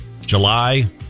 July